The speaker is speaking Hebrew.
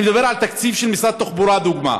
אני מדבר על התקציב של משרד התחבורה, לדוגמה,